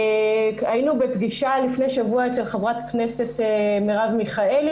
היינו בפגישה לפני שבוע אצל חברת הכנסת מרב מיכאלי,